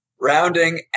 Rounding